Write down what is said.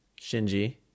Shinji